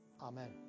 Amen